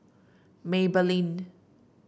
Maybelline